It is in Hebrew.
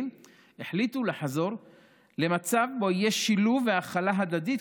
החליטו לחזור למצב שיש שילוב והכלה הדדית,